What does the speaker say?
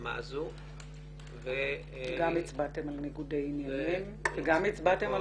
ההסכמה הזו -- גם הצבעתם על ניגודי עניינים וגם הצבעתם על